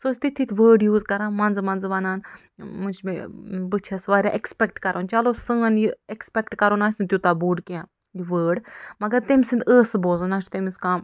سۄ ٲس تِتھۍ تِتھۍ وٲرڈ یوٗز کران منٛزٕ منٛزٕ وَنان ووٚںۍ چھُ مےٚ بہٕ چھیٚس واریاہ ایٚکٕسپیٚکٹ کرُن چلوٚو سون یہِ ایٚکٕسپیٚکٹ کَرُن آسہِ نہٕ تیٛوٗتاہ بوٚڑ کیٚنٛہہ یہِ وٲرڈ مَگر تٔمۍ سٕنٛدۍ ٲسہٕ بوزُن نَہ چھُ تٔمِس کَم